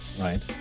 right